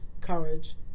courage